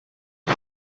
who